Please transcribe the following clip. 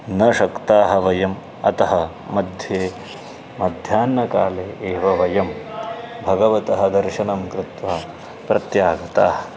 न शक्ताः वयम् अतः मध्ये मध्याह्नकाले एव वयं भगवतः दर्शनं कृत्वा प्रत्यागताः